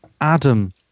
Adam